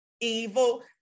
evil